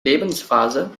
lebensphase